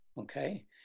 Okay